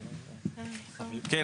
כן.